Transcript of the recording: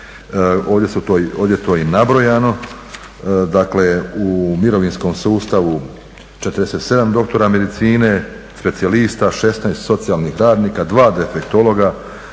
ovdje je to i nabrojano, dakle u mirovinskom sustavu 47 doktora medicine specijalista, 16 socijalnih radnika, 2 defektologa,